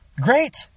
Great